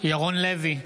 ירון לוי,